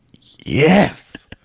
yes